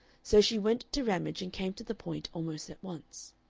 so she went to ramage and came to the point almost at once.